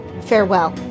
Farewell